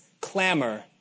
clamor